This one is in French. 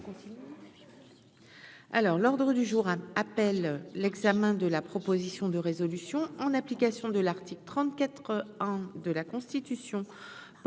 l'ordre du jour appelle l'examen de la proposition de résolution en application de l'article 34 ans, de la Constitution,